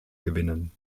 gewinnen